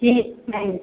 जी नहीं